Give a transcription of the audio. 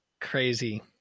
Crazy